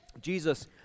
Jesus